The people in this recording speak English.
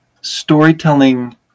storytelling